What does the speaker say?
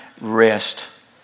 rest